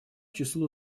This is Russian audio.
числу